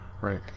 Right